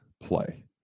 play